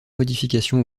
modifications